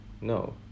No